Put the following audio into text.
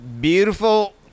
Beautiful